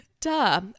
Duh